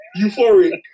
euphoric